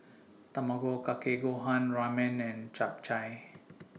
Tamago Kake Gohan Ramen and Japchae